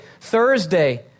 Thursday